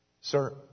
sir